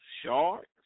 sharks